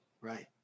Right